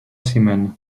ciment